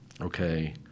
okay